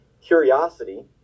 curiosity